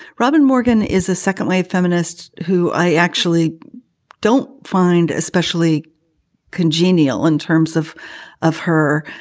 robin morgan is a second wave feminist who i actually don't find especially congenial in terms of of her.